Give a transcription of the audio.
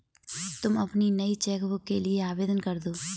तुम अपनी नई चेक बुक के लिए आवेदन करदो